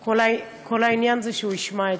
כל העניין, שהוא ישמע.